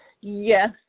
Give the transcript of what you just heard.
Yes